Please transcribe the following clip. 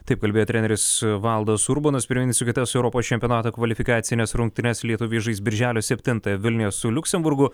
taip kalbėjo treneris valdas urbonas priminsiu kitas europos čempionato kvalifikacines rungtynes lietuviai žais birželio septynąją vilniuje su liuksemburgu